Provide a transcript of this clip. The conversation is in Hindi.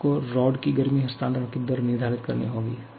तो आपको रॉड की गर्मी हस्तांतरण की दर निर्धारित करनी होगी